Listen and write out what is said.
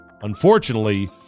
Unfortunately